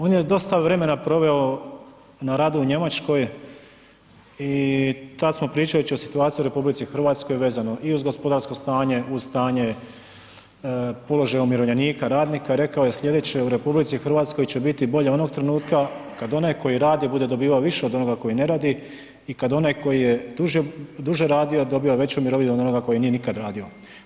On ne dosta vremena proveo na radu u Njemačkoj i tada smo pričajući o situaciji u RH vezano i uz gospodarsko stanje, uz stanje položaja umirovljenika, radnika, rekao je sljedeće, u RH će biti bolje onog trenutka kada onaj koji radi bude dobivao više od onoga koji ne radi i kada onaj koji je duže radio dobiva veću mirovinu od onoga koji nije nikada radio.